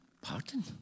pardon